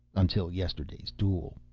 until yesterday's duel.